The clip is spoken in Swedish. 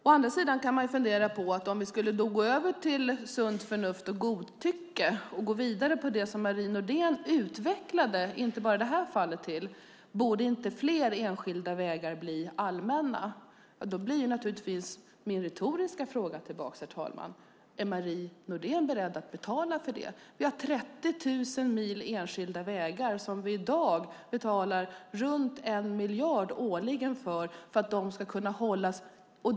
Å andra sidan kan man fundera på om vi skulle gå över till sunt förnuft och godtycke och gå vidare på det som Marie Nordén utvecklade, inte bara i detta fall, om att fler enskilda vägar kanske borde bli allmänna. Då blir, herr talman, min retoriska fråga naturligtvis: Är Marie Nordén beredd att betala för detta? Vi har 30 000 mil enskilda vägar som vi i dag betalar runt 1 miljard för årligen för att de ska kunna hållas efter.